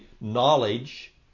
knowledge